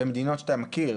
במדינות שאתה מכיר,